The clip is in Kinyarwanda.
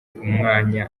umwanya